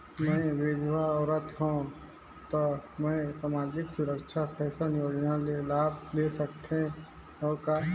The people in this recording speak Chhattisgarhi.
मैं विधवा औरत हवं त मै समाजिक सुरक्षा पेंशन योजना ले लाभ ले सकथे हव का?